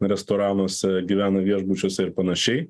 restoranuose gyvena viešbučiuose ir panašiai